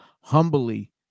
humbly